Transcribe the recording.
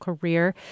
career